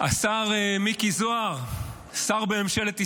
השר מיקי זוהר, שר בממשלת ישראל,